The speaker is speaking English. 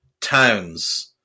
Towns